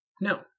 No